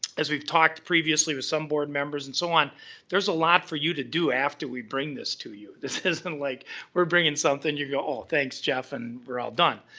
as we've talked previously with some board members and so on there's a lot for you to do after we bring this to you. this isn't like we're bringing something, you'll go oh thanks, jeff and we're all done.